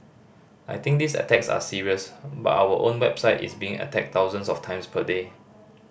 I think these attacks are serious but our own website is being attacked thousands of times per day